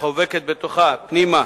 החובקת בתוכה פנימה